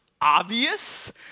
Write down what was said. obvious